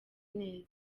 neza